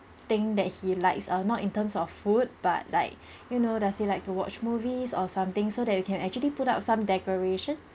thing that he likes err not in terms of food but like you know does he like to watch movies or something so that you can actually put up some decoration